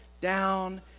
down